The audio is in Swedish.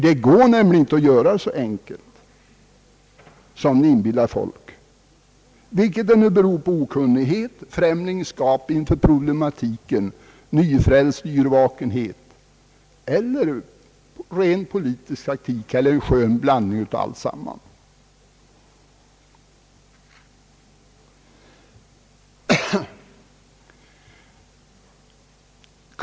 Det går nämligen inte att göra det så enkelt som ni inbillar folk — om det nu beror på okunnighet, främlingskap inför problematiken, nyfrälst yrvakenhet eller rent politisk taktik eller en skön blandning av alltsammans.